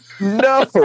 No